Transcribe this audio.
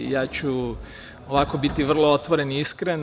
Ja ću biti vrlo otvoren i iskren.